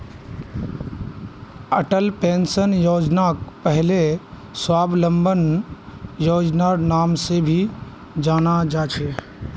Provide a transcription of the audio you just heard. Atal pension योजनाक पहले स्वाबलंबन योजनार नाम से भी जाना जा छे